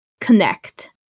connect